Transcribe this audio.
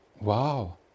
wow